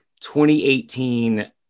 2018